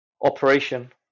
operation